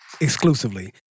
exclusively